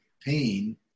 pain